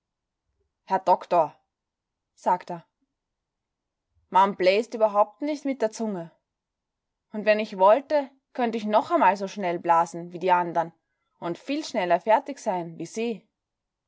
herr doktor sagt a man bläst überhaupt nich mit der zunge und wenn ich wollte könnt ich noch amal so schnell blasen wie die andern und viel schneller fertig sein wie sie